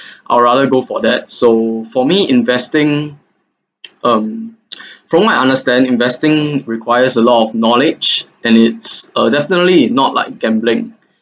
I'll rather go for that so for me investing um from what I understand investing requires a lot of knowledge and it's uh definitely it not like gambling